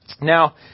Now